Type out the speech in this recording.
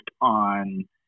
on